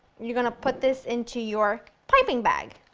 you're gonna put this into your piping bag.